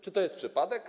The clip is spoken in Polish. Czy to jest przypadek?